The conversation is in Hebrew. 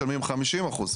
יש לך משרד חינוך,